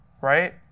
right